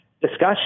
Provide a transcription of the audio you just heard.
discussion